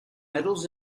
medals